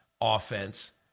offense